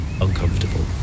uncomfortable